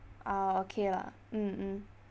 ah okay lah mm mm